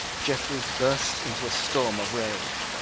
jeffreys burst into a storm of rage.